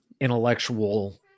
intellectual